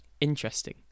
Interesting